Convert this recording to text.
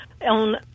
On